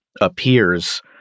appears